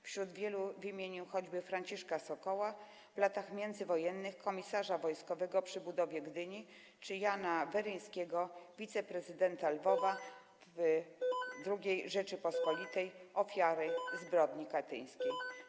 Spośród wielu wymienię chociażby Franciszka Sokoła, w latach międzywojennych komisarza rządowego przy budowie Gdyni, czy Jana Weryńskiego, wiceprezydenta Lwowa w II Rzeczypospolitej, ofiarę zbrodni katyńskiej.